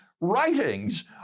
writings